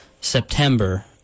September